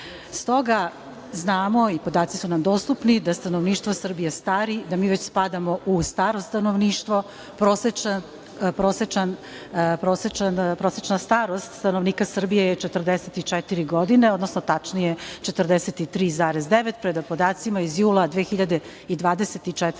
jednu. Stoga znamo i podaci su nam dostupni da stanovništvo Srbije stari, da mi već spadamo u staro stanovništvo. Prosečna starost stanovnika Srbije je 44 godine, odnosno tačnije 43,9, prema podacima iz jula 2024.